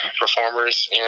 performers